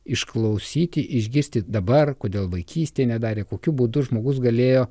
išklausyti išgirsti dabar kodėl vaikystėj nedarė kokiu būdu žmogus galėjo